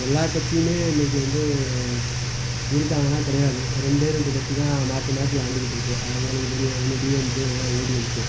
எல்லா கட்சியுமே இன்றைக்கி வந்து இருக்காங்கன்னா கிடையாது ரெண்டே ரெண்டே கட்சி தான் மாற்றி மாற்றி ஆண்டுகிட்டு இருக்குது அது உங்களுக்கு தெரியும் ஒன்று டிஎம்கே இல்லைன்னா ஏடிஎம்கே